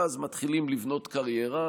ואז מתחילים לבנות קריירה,